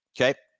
okay